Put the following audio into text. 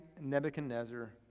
Nebuchadnezzar